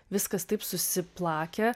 viskas taip susiplakę